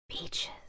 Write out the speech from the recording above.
Beaches